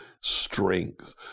strength